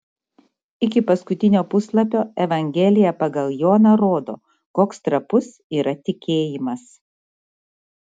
iki paskutinio puslapio evangelija pagal joną rodo koks trapus yra tikėjimas